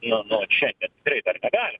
nu nu šiandien tikrai dar negalim